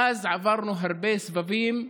מאז עברנו הרבה סבבים,